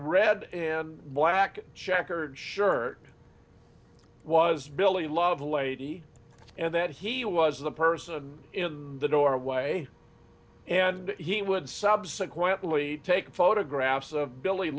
red and black checkered shirt was billy lovelady and that he was the person in the doorway and he would subsequently take photographs of billy